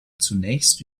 zunächst